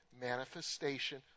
manifestation